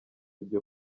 byo